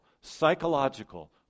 psychological